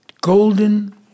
golden